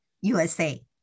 USA